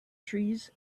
trees